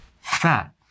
fat